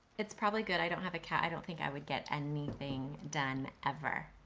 it's probably good i don't have a cat, i don't think i would get anything done ever.